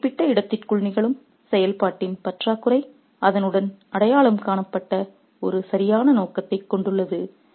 ஒரு குறிப்பிட்ட இடத்திற்குள் நிகழும் செயல்பாட்டின் பற்றாக்குறை அதனுடன் அடையாளம் காணப்பட்ட ஒரு சரியான நோக்கத்தைக் கொண்டுள்ளது